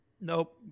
Nope